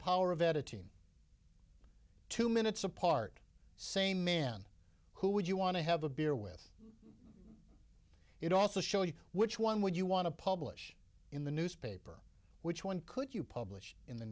power of a team two minutes apart same man who would you want to have a beer with it also showed you which one would you want to publish in the newspaper which one could you publish in the